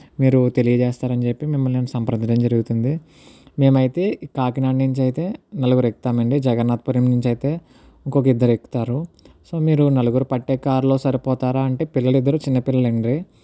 మీరు తెలియజేస్తారు అని చెప్పి మిమ్మల్ని నేను సంప్రదించడం జరుగుతుంది మేమైతే కాకినాడ నుంచి అయితే నలుగురు ఎక్కుతాము అండి జగన్నాధపురం నుంచి అయితే ఇంకొక ఇద్దరు ఎక్కుతారు సో మీరు నలుగురు పట్టే కారులో సరిపోతారా అంటే పిల్లలిద్దరూ చిన్న పిల్లలండి